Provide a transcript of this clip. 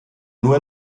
nur